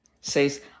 says